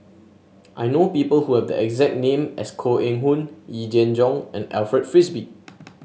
I know people who have the exact name as Koh Eng Hoon Yee Jenn Jong and Alfred Frisby